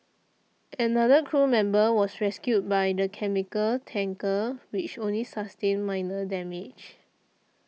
another crew member was rescued by the chemical tanker which only sustained minor damage